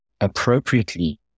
appropriately